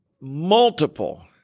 multiple